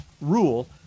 rule